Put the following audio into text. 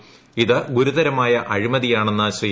പ്ര ഇത് ഗുരുതരമായ അഴിമതിയാണെന്ന് ശ്രീ